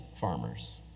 farmers